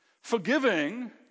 Forgiving